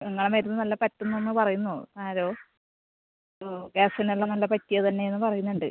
നിങ്ങളെ മരുന്ന് നല്ല പറ്റുന്നു എന്ന് പറയുന്നു ആരോ ഓ ഗ്യാസിന് എല്ലാം നല്ല പറ്റിയത് തന്നേ എന്ന് പറയുന്നുണ്ട്